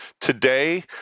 Today